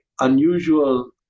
unusual